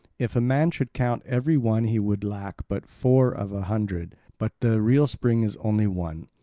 if a man should count every one he would lack but four of a hundred, but the real spring is only one.